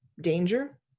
danger